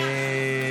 בעד.